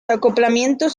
acoplamientos